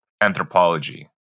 anthropology